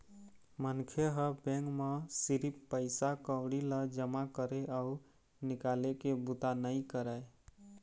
मनखे ह बेंक म सिरिफ पइसा कउड़ी ल जमा करे अउ निकाले के बूता नइ करय